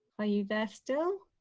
are you there still?